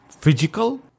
physical